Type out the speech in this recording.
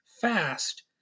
fast